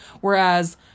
Whereas